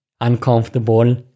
uncomfortable